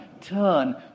turn